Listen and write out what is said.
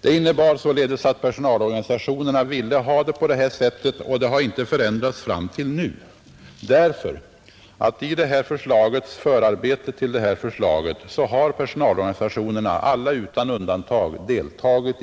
Det är ett faktum att personalorganisationerna ville ha det på detta sätt, och detta har inte förändrats fram till nu. I förarbetena till detta förslag har också alla personalorganisationerna utan undantag deltagit.